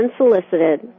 unsolicited